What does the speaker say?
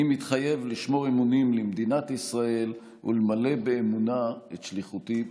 אני מתחייב לשמור אמונים למדינת ישראל ולמלא באמונה את שליחותי בכנסת.